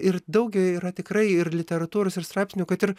ir daug yra tikrai ir literatūros ir straipsnių kad ir